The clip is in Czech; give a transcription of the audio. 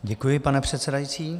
Děkuji, pane předsedající.